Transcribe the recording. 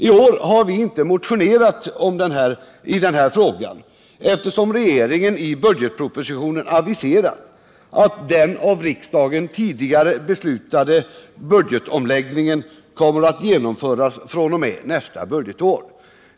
I år har vi inte motionerat i den här frågan, eftersom regeringen i budgetpropositionen aviserat att den av riksdagen tidigare beslutade budgetomläggningen kommer att genomföras fr.o.m. nästa budgetår.